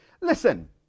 Listen